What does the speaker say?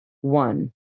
one